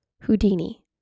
Houdini